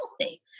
healthy